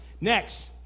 Next